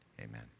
amen